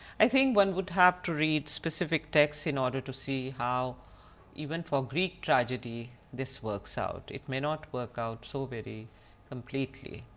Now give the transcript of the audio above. i think one would have to read specific texts in order to see, how even for greek tragedy this works out it may not work out so very completely.